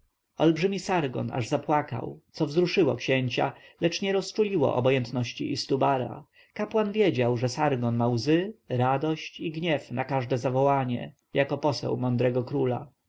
olbrzymi sargon aż zapłakał co wzruszyło księcia lecz nie rozczuliło obojętności istubara kapłan wiedział że sargon ma łzy radość i gniew na każde zawołanie jako poseł mądrego króla